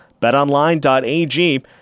Betonline.ag